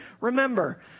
remember